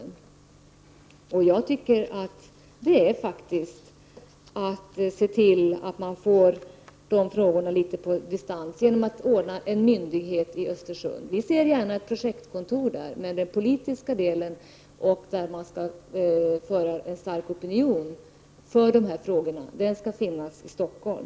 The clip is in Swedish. Men att inrätta en myndighet i Östersund är faktiskt att se till att man får frågorna på litet distans. Vi ser gärna ett projektkontor där, men den politiska delen och där det skall föras en stark opinion för frågorna skall finnas i Stockholm.